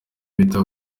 bita